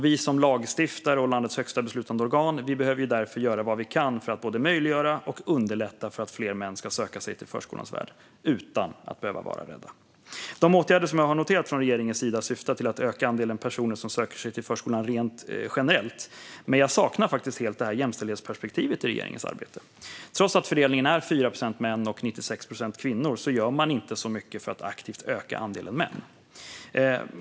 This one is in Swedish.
Vi som lagstiftare och landets högsta beslutande organ behöver därför göra vad vi kan för att både möjliggöra och underlätta för att fler män ska söka sig till förskolans värld, utan att behöva vara rädda. De åtgärder som jag har noterat från regeringens sida syftar till att öka andelen personer som söker sig till förskolan generellt, men jag saknar helt jämställdhetsperspektivet i regeringens arbete. Trots att fördelningen är 4 procent män och 96 procent kvinnor gör man inte särskilt mycket för att aktivt öka andelen män.